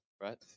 right